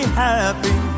happy